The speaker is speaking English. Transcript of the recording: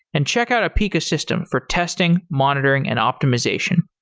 and check out apica system for testing, monitoring, and optimization.